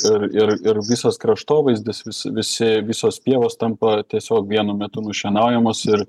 ir ir ir visas kraštovaizdis visi visi visos pievos tampa tiesiog vienu metu nušienaujamos ir